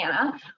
Anna